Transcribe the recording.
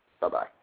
Bye-bye